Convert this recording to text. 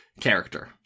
character